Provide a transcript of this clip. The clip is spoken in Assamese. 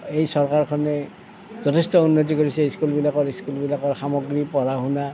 এই চৰকাৰখনে যথেষ্ট উন্নতি কৰিছে স্কুলবিলাকৰ স্কুলবিলাকৰ সামগ্ৰী পঢ়া শুনা